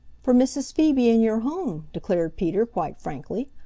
for mrs. phoebe and your home, declared peter quite frankly.